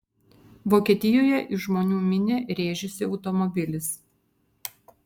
vokietijoje į žmonių minią rėžėsi automobilis